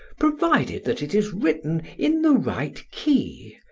provided that it is written in the right key,